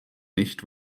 nicht